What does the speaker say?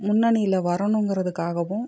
முன்னணியில் வரணுங்கிறத்துக்காகவும்